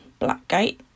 Blackgate